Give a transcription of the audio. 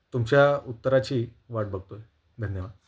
तुमच्या उत्तराची वाट बघतो आहे धन्यवाद